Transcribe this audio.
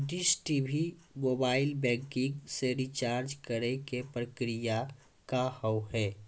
Dish TV mobile banking से recharge करे के प्रक्रिया का हाव हई?